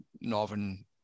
northern